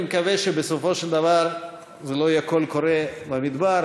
אני מקווה שבסופו של דבר זה לא יהיה קול קורא במדבר,